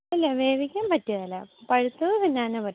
ഇല്ല വേവിക്കാൻ പറ്റുകയില്ല പഴുത്തത് തിന്നുവാനെ പറ്റുകയുള്ളൂ